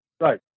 Right